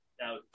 Now